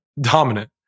Dominant